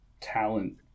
talent